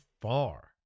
far